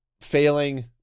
failing